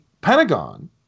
Pentagon